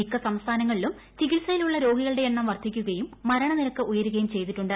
മിക്ക സംസ്ഥാനങ്ങളിലും ചികിൽസയിലുള്ള രോഗികളുടെ എണ്ണം വർദ്ധിക്കുകയും മരണ നിരക്ക് ഉയരുകയും ചെയ്തിട്ടുണ്ട്